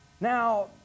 Now